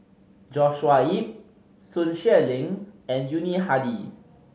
Joshua Ip Sun Xueling and Yuni Hadi